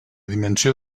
dimensió